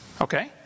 Okay